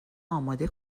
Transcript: اماده